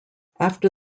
after